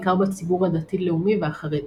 בעיקר בציבור הדתי-לאומי והחרדי.